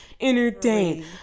entertain